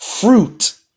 fruit